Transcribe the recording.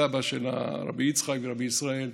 הסבא רבי יצחק, רבי ישראל,